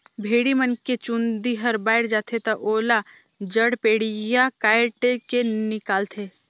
भेड़ी मन के चूंदी हर बायड जाथे त ओला जड़पेडिया कायट के निकालथे